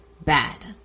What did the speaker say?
bad